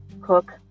cook